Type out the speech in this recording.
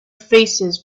faces